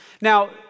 Now